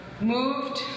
moved